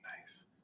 nice